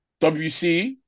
WC